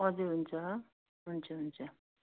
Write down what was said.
हजुर हुन्छ हुन्छ हुन्छ